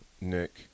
Nick